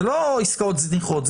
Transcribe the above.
זה לא עסקאות זניחות,